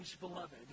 beloved